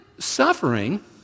Suffering